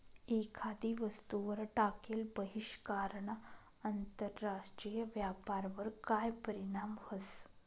एखादी वस्तूवर टाकेल बहिष्कारना आंतरराष्ट्रीय व्यापारवर काय परीणाम व्हस?